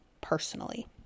personally